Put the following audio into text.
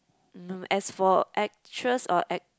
no as for actress or act